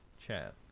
chat